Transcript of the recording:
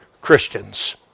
Christians